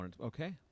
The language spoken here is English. Okay